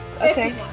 okay